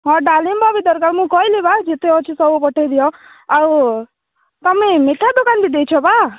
ହଁ ଡାଳିମ୍ବ ବି ଦରକାର ମୁଁ କହିଲି ବା ଯେତେ ଅଛି ସବୁ ପଠେଇ ଦିଅ ଆଉ ତମେ ମିଠା ଦୋକାନ ବି ଦେଇଛ ବା